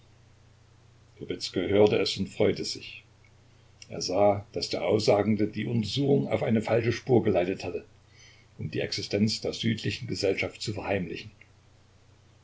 hörte es und freute sich er sah daß der aussagende die untersuchung auf eine falsche spur geleitet hatte um die existenz der südlichen gesellschaft zu verheimlichen